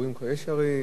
חבר הכנסת נסים זאב לא,